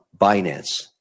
Binance